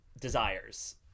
desires